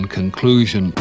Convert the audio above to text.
conclusion